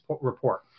report